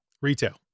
Retail